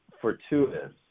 fortuitous